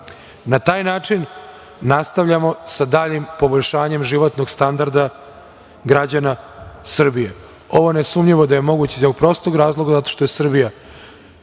Na taj način nastavljamo sa daljim poboljšanjem životnog standarda građana Srbije. Ovo je nesumnjivo da je moguće iz prostog razloga zato što je Srbija